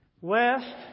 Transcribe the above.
West